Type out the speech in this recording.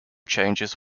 changes